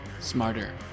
smarter